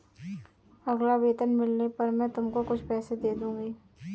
अगला वेतन मिलने पर मैं तुमको कुछ पैसे दे दूँगी